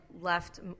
left